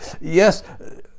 Yes